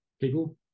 people